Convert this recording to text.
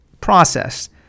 process